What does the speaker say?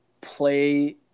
play